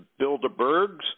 Bilderbergs